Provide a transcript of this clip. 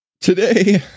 today